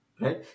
right